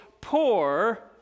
poor